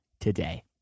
today